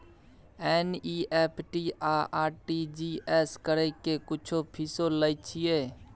NEFT आ RTGS करै के कुछो फीसो लय छियै?